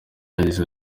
yagize